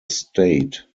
state